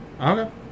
Okay